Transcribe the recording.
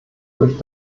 durch